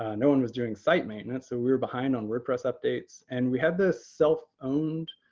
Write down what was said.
ah no one was doing site maintenance, so we were behind on wordpress updates, and we had this self-owned